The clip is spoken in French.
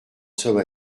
somme